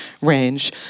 range